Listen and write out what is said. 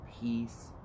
peace